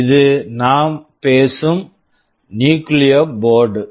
இது நாம் பேசும் நியூக்ளியோ போர்ட்டு Nucleo board